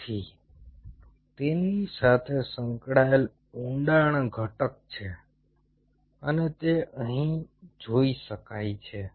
તેથી તેની સાથે સંકળાયેલ ઊંડાણ ઘટક છે અને તે અહીં જોઈ શકાય છે